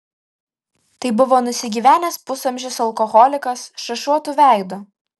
tai buvo nusigyvenęs pusamžis alkoholikas šašuotu veidu